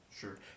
Sure